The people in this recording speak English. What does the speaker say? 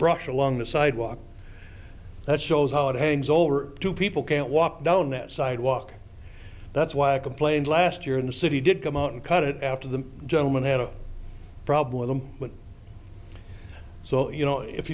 brush along the sidewalk that shows how it hangs over to people can't walk down that sidewalk that's why i complained last year and the city did come out and cut it after the gentleman had a problem with so you know if